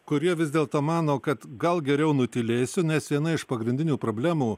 kurie vis dėlto mano kad gal geriau nutylėsiu nes viena iš pagrindinių problemų